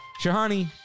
Shahani